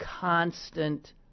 constant